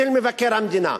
של מבקר המדינה.